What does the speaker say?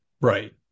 right